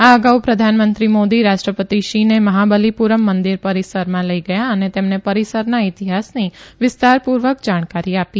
આ અગાઉ પ્રધાનમંત્રી મોદી રાષ્ટ્રપતિ શીને મહાબલિપુરમ મંદીર પરીસરમાં લઇ ગયા અને તેમને પરીસરના ઇતિહાસની વિસ્તારપુર્વક જાણકારી આપી